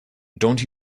don’t